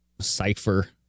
cipher